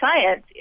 science